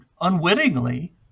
unwittingly